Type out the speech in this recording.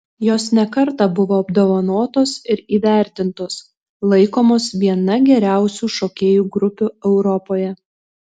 jos ne kartą buvo apdovanotos ir įvertintos laikomos viena geriausių šokėjų grupių europoje